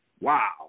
Wow